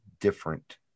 different